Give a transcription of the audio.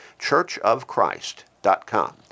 churchofchrist.com